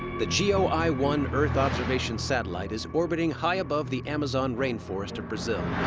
the geoeye one earth observation satellite is orbiting high above the amazon rainforest to brazil.